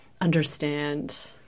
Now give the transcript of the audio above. understand